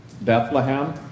Bethlehem